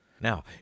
Now